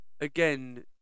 again